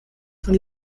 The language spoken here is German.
von